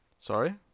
Sorry